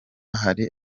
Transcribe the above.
hari